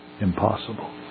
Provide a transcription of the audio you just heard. impossible